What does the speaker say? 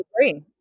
agree